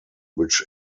which